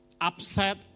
upset